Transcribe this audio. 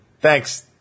Thanks